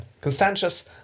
Constantius